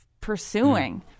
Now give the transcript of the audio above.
pursuing